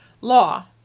law